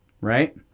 Right